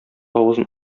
авызын